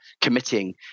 committing